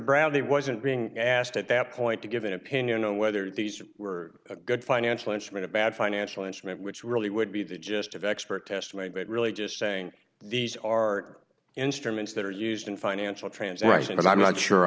bradley wasn't being asked at that point to give an opinion on whether these were a good financial arrangement a bad financial arrangement which really would be the gist of expert testimony but really just saying these are instruments that are used in financial transactions and i'm not sure